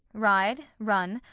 ride, run,